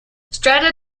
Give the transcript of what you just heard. strata